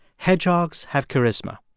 hedgehogs have charisma.